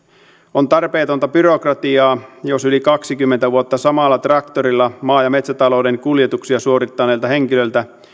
on tarpeetonta byrokratiaa jos yli kaksikymmentä vuotta samalla traktorilla maa ja metsätalouden kuljetuksia suorittaneelta henkilöltä